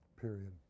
period